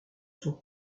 son